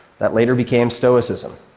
that later became stoicism.